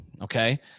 Okay